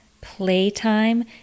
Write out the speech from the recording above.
playtime